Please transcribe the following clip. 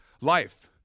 life